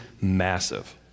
massive